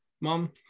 mom